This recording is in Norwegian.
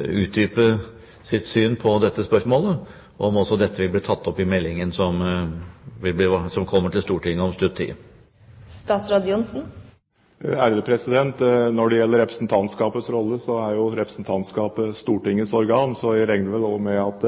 utdype sitt syn på dette spørsmålet, om også dette vil bli tatt opp i meldingen som kommer til Stortinget om «stutt tid». Når det gjelder representantskapets rolle, er representantskapet Stortingets organ, så jeg regner med at